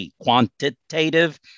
Quantitative